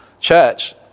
church